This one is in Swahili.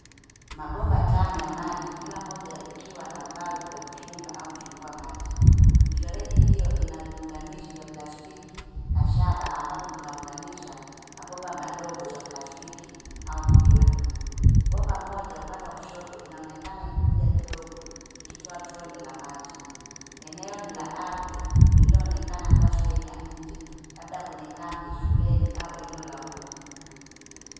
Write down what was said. Mabomba tano ya maji kila moja ikiwa na valvu ya kufunga au kufungua maji. Mifereji hiyo ina viunganishi vya plastiki na shaba ambavyo vinaunganisha mabomba madogo za plastiki au mpira. Bomba moja upande wa kushoto inaonekana ikivuja kidogo ikitoa tone la maji. Eneo ni la ardhi lililoonekana kuwa sehemu ya nje labda kwenye kambi, shuleni au eneo la umma.